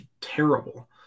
terrible